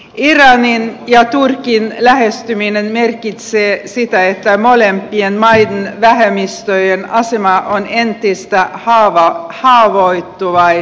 iranin ja turkin lähestyminen merkitsee sitä että molempien maiden vähemmistöjen asema on entistä haavoittuvaisempi